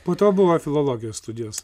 po to buvo filologijos studijos